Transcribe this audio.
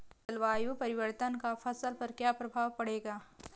जलवायु परिवर्तन का फसल पर क्या प्रभाव पड़ेगा?